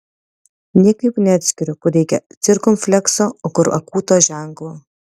niekaip neatskiriu kur reikia cirkumflekso o kur akūto ženklo